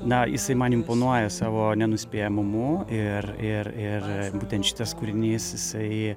na jisai man imponuoja savo nenuspėjamumu ir ir ir būtent šitas kūrinys jisai